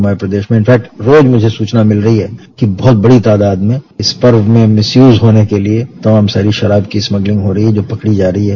हमारे प्रदेश में इनफैक्ट रोज मुझे सूचना मिल रही है कि बहुत बड़ी तादाद में इस पर हमें भिसयूज होने के लिए तमाम सारी शराब को स्मगलिंग हो रही है जो पकड़ी जा रही है